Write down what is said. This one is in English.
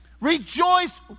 Rejoice